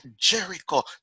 Jericho